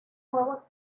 nuevos